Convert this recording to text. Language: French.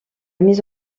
mise